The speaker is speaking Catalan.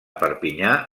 perpinyà